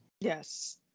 Yes